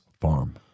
Farm